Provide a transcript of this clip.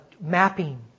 mapping